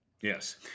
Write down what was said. Yes